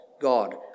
God